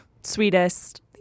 sweetest